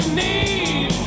need